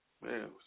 man